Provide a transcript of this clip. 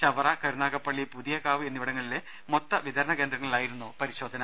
ചവറ കരുനാഗപ്പള്ളി പുതിയകാവ് എന്നിവിടങ്ങളിലെ മൊത്തവിതരണ കേന്ദ്രങ്ങ ളിലായിരുന്നു പരിശോധന